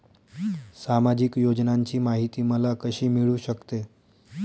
सामाजिक योजनांची माहिती मला कशी मिळू शकते?